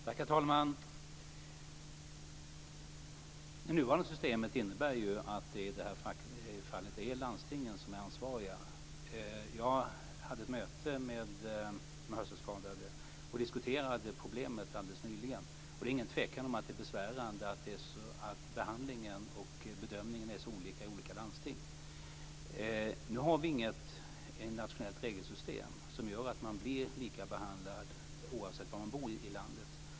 Herr talman! Det nuvarande systemet innebär att det i det här fallet är landstingen som är ansvariga. Jag hade ett möte med de hörselskadade och diskuterade problemet alldeles nyligen. Det är ingen tvekan om att det är besvärande att behandlingen och bedömningen är så olika i olika landsting. Vi har inget nationellt regelsystem som gör att man blir lika behandlad oavsett var man bor i landet.